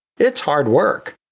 it's hard work.